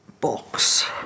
box